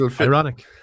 ironic